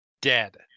dead